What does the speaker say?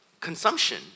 consumption